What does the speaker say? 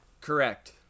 Correct